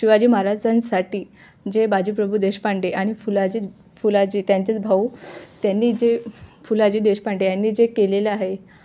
शिवाजी महाराजांसाठी जे बाजीप्रभू देशपांडे आणि फुलाजी फुलाजी त्यांचेच भाऊ त्यांनी जे फुलाजी देशपांडे यांनी जे केलेलं आहे